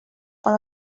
one